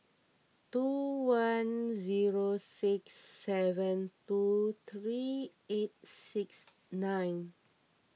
two one zero six seven two three eight six nine